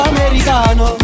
Americano